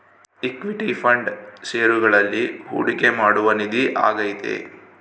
equity fund ಷೇರುಗಳಲ್ಲಿ ಹೂಡಿಕೆ ಮಾಡುವ ನಿಧಿ ಆಗೈತೆ